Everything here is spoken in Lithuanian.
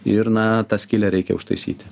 ir na tą skylę reikia užtaisyti